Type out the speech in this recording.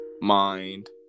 mind